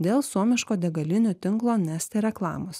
dėl suomiško degalinių tinklo neste reklamos